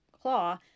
claw